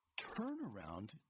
turnaround